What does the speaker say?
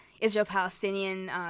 Israel-Palestinian